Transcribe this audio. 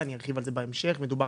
אני מאגף תקציבים.